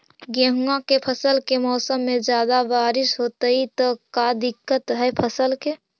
गेहुआ के फसल के मौसम में ज्यादा बारिश होतई त का दिक्कत हैं फसल के?